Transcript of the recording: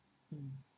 mm